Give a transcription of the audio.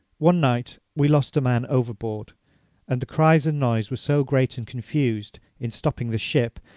one night we lost a man overboard and the cries and noise were so great and confused, in stopping the ship,